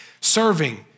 Serving